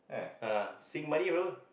ah Sing money berapa